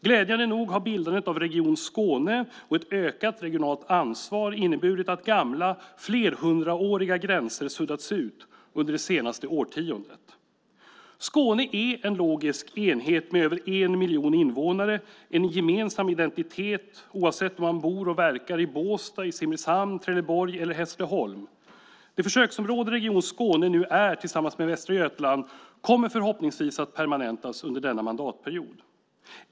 Glädjande nog har bildandet av Region Skåne och ett ökat regionalt ansvar inneburit att gamla, flerhundraåriga gränser suddats ut under det senaste årtiondet. Skåne är en logisk enhet med över en miljon invånare, en gemensam identitet oavsett om man bor och verkar i Båstad, Simrishamn, Trelleborg eller Hässleholm. Det försöksområde Region Skåne nu är tillsammans med Västra Götaland kommer förhoppningsvis att permanentas under denna mandatperiod.